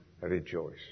rejoice